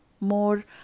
more